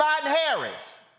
Biden-Harris